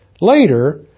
Later